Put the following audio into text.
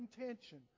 intention